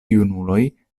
junuloj